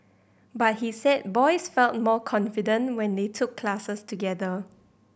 but he said boys felt more confident when they took classes together